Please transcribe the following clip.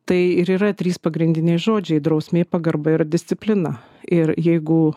tai ir yra trys pagrindiniai žodžiai drausmė pagarba ir disciplina ir jeigu